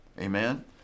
Amen